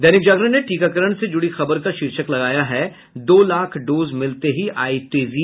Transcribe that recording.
दैनिक जागरण ने टीकाकरण से जुड़ी खबर का शीर्षक लगाया है दो लाख डोज मिलते ही आई तेजी